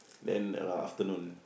then around afternoon